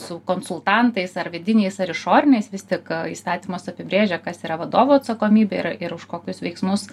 su konsultantais ar vidiniais ar išoriniais vis tik įstatymas apibrėžia kas yra vadovo atsakomybė yra ir už kokius veiksmus